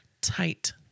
tight